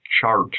chart